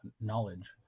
knowledge